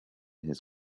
his